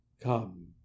COME